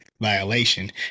violation